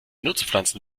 nutzpflanzen